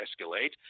escalate